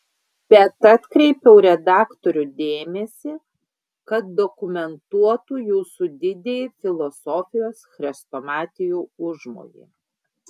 bet atkreipiau redaktorių dėmesį kad dokumentuotų jūsų didįjį filosofijos chrestomatijų užmojį